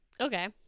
okay